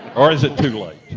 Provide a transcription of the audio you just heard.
or is it too late.